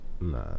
nah